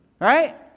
right